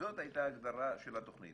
זאת הייתה ההגדרה של התוכנית